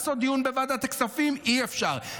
ביקשתי לעשות דיון בוועדת הכספים, אי-אפשר.